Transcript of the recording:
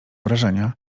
wrażenia